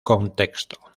contexto